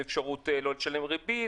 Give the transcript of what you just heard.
עם אפשרות לא לשלם ריבית,